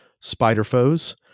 Spider-Foes